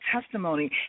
testimony